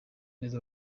neza